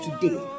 today